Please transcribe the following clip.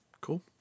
Cool